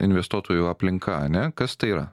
investuotojų aplinka a ne kas tai yra